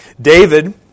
David